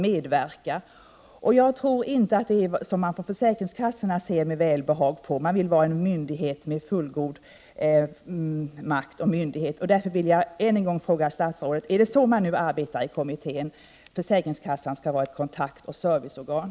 Jag tror inte att det är någonting som man på försäkringskassorna ser med välbehag på. Man vill vara en myndighet —- med fullgod makt och myndighet. Därför vill jag än en gång fråga statsrådet: Är det så man nu arbetar i kommittén — med inriktningen att försäkringskassan skall vara ett kontaktoch serviceorgan?